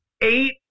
Eight